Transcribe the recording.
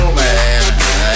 man